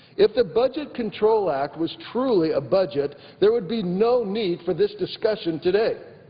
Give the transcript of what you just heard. if the budget control act was truly a budget, there would be no need for this discussion today.